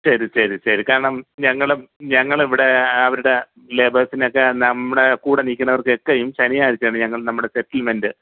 ശരി ശരി ശരി കാരണം ഞങ്ങളും ഞങ്ങളിവിടെ അവരുടെ ലേബേഴ്സിനെക്കെ നമ്മുടെ കൂടെ നിക്കണവർക്കെക്കയും ശനിയാഴ്ചയാണ് ഞങ്ങൾ നമ്മുടെ സെറ്റിൽമെൻറ്റ്